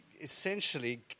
essentially